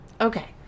okay